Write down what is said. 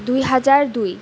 দুহেজাৰ দুই